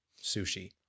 sushi